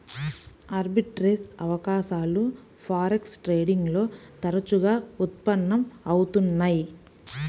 arbitrage అవకాశాలు forex trading లో తరచుగా ఉత్పన్నం అవుతున్నయ్యి